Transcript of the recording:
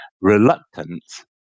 reluctance